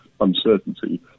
uncertainty